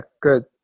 good